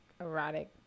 erotic